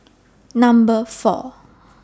Number four